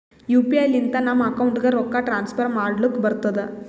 you P I ಲಿಂತ ನಮ್ ಅಕೌಂಟ್ಗ ರೊಕ್ಕಾ ಟ್ರಾನ್ಸ್ಫರ್ ಮಾಡ್ಲಕ್ ಬರ್ತುದ್